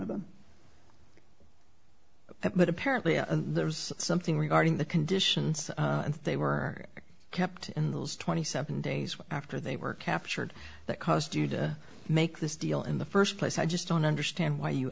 of them but apparently a there's something regarding the conditions and they were kept in those twenty seven days after they were captured that caused you to make this deal in the first place i just don't understand why you